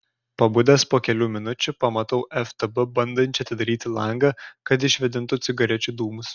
pabudęs po kelių minučių pamatau ftb bandančią atidaryti langą kad išvėdintų cigarečių dūmus